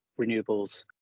renewables